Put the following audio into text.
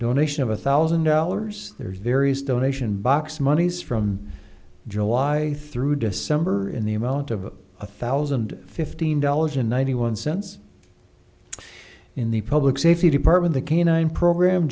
donation of a thousand dollars their various donation box monies from july through december in the amount of a thousand and fifteen dollars to ninety one cents in the public safety department the canine program